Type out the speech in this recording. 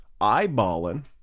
eyeballing